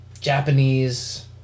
Japanese